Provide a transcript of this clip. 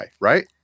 right